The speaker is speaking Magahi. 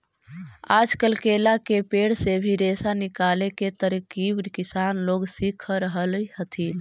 आजकल केला के पेड़ से भी रेशा निकाले के तरकीब किसान लोग सीख रहल हथिन